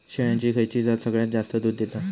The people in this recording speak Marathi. शेळ्यांची खयची जात सगळ्यात जास्त दूध देता?